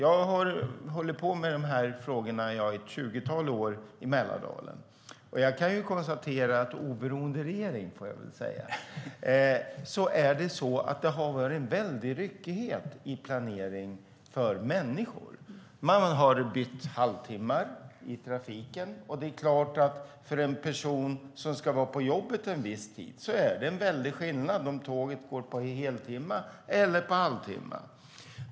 Jag har hållit på med dessa frågor i ett tjugotal år i Mälardalen, och jag kan konstatera att - oberoende av regering, får jag väl säga - det har varit en stor ryckighet i planeringen för människor. Man har bytt halvtimmar i trafiken, och för en person som ska vara på jobbet en viss tid är det en stor skillnad om tåget går på heltimme eller halvtimme.